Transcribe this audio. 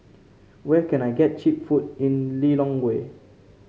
where can I get cheap food in Lilongwe